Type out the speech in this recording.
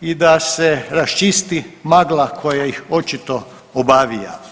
i da se raščisti magla koja ih očito obavija.